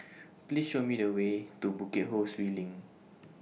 Please Show Me The Way to Bukit Ho Swee LINK